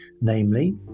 namely